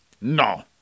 No